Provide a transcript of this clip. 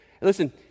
Listen